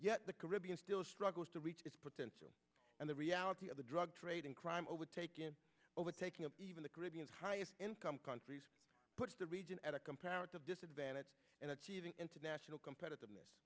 yet the caribbean still struggles to reach its potential and the reality of the drug trade in crime overtaking overtaking of even the caribbean's highest income countries puts the region at a comparative disadvantage in achieving international competitiveness